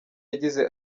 yagize